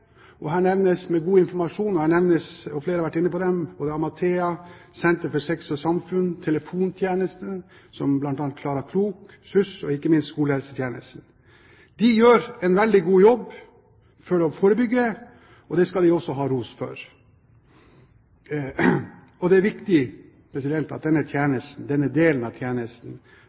Her nevnes, som flere har vært inne på, Amathea, senteret Sex og samfunn, telefontjenester som Klara Klok og SUSS og ikke minst skolehelsetjenesten. De gjør en veldig god jobb for å forebygge, og det skal de også ha ros for. Det er viktig at denne delen av tjenesten får gode og forutsigbare rammevilkår å arbeide under. Det har siden 1990 vært gjennomført fire handlingsplaner for forebygging av